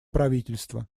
правительства